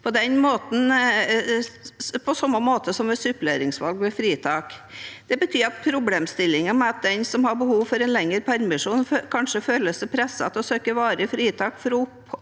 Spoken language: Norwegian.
samme måte som ved suppleringsvalg ved fritak. Det betyr at problemstillingen med at den som har behov for en lengre permisjon, kanskje føler seg presset til å søke varig fritak for å opprettholde